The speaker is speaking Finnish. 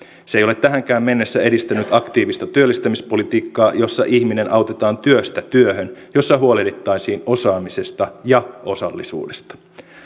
se ei ole tähänkään mennessä edistänyt aktiivista työllistämispolitiikkaa jossa ihminen autetaan työstä työhön jossa huolehdittaisiin osaamisesta ja osallisuudesta